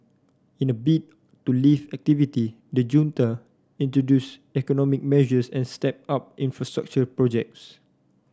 in a bid to lift activity the junta introduce economic measures and stepped up infrastructure projects